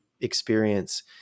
experience